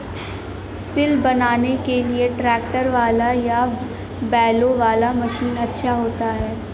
सिल बनाने के लिए ट्रैक्टर वाला या बैलों वाला मशीन अच्छा होता है?